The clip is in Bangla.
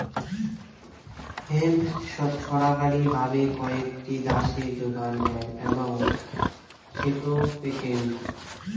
হেম্প ছরকারি ভাবে কয়েকটি দ্যাশে যোগান যাই এবং সেটো পেটেন্টেড